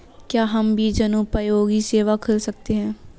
क्या हम भी जनोपयोगी सेवा खोल सकते हैं?